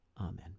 Amen